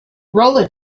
roller